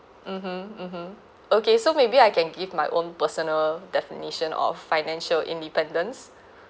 mmhmm mmhmm okay so maybe I can give my own personal definition of financial independence